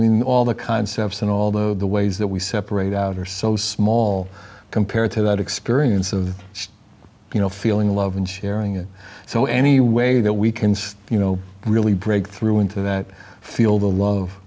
mean all the concepts and all the ways that we separate out are so small compared to that experience of you know feeling the love and sharing it so any way that we can see you know really break through into that field of love